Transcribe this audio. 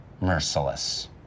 merciless